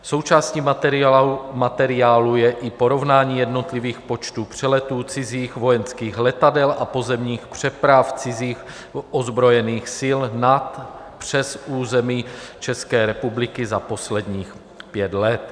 Součástí materiálu je i porovnání jednotlivých počtů přeletů cizích vojenských letadel a pozemních přeprav cizích ozbrojených sil přes území České republiky za posledních pět let.